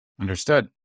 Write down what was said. Understood